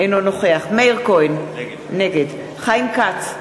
אינו נוכח מאיר כהן, נגד חיים כץ,